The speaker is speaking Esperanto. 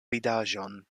vidaĵon